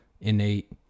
innate